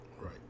Right